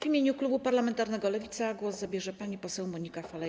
W imieniu klubu parlamentarnego Lewica głos zabierze pani poseł Monika Falej.